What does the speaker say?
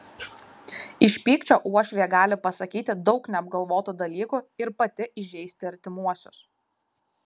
iš pykčio uošvė gali pasakyti daug neapgalvotų dalykų ir pati įžeisti artimuosius